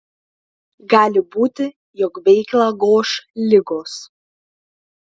gali būti jog veiklą goš ligos